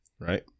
right